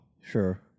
Sure